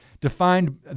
defined